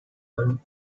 ample